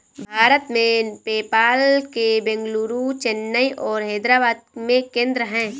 भारत में, पेपाल के बेंगलुरु, चेन्नई और हैदराबाद में केंद्र हैं